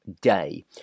day